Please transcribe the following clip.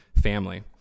family